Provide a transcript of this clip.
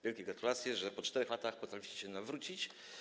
Wielkie gratulacje, że po 4 latach potraficie się nawrócić.